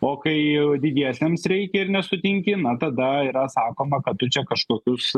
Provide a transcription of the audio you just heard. o kai didiesiems reikia ir nesutinki na tada yra sakoma kad tu čia kažkokius